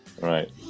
Right